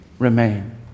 remain